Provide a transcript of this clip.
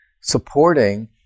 supporting